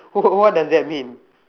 what does that mean